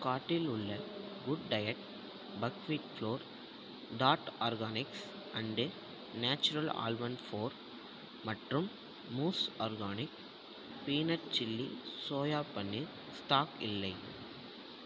கார்ட்டில் உள்ள good diet buckwheat flour dot organics and naturals almond flour மற்றும் moose organic peanut chilli soya paneer stock இல்லை